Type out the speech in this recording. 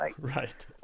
Right